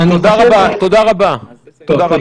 לא מדובר באוסף של אנשים הזויים שהחליטו לקום בבוקר ולהגן על